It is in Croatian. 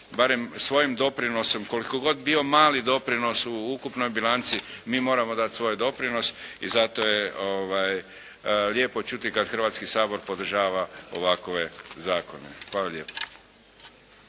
barem svojim doprinosom, koliko god bio mali doprinos u ukupnoj bilanci, mi moramo dat svoj doprinos. I zato je lijepo čuti kad Hrvatski sabor podržava ovakove zakone. Hvala lijepo.